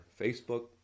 Facebook